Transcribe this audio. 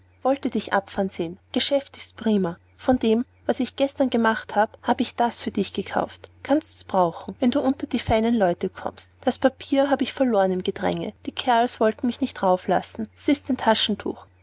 wollte dich doch abfahren sehen geschäft ist prima von dem was ich gestern gemacht hab ich das für dich gekauft kannst's brauchen wenn du unter die feinen leute kommst das papier habe ich verloren im gedränge die kerls wollten mich nicht rauf lassen s ist ein taschentuch